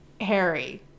Harry